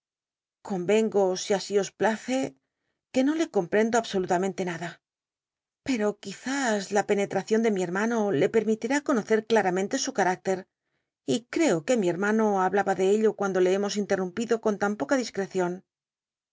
rengo si así os place que no le com prendo absolutamente nada pco quizüs la pcnctracion ele mi hermano le pcrmitini conocer claramente su carácter y cco que mi hcjmano hablaba de ello cuando le hemos intcrmmpiclo con tan j oca discrccion